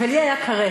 ולי היה קארה.